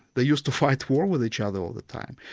they used to fight war with each other all the time.